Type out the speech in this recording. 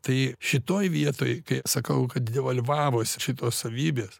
tai šitoj vietoj kai sakau kad devalvavosi šitos savybės